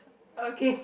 okay